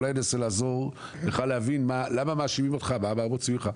אולי אני אנסה לעזור לך להבין למה מאשימים אותך ומה הם רוצים ממך.